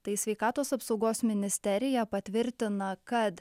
tai sveikatos apsaugos ministerija patvirtina kad